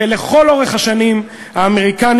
לכל אורך השנים האמריקנים,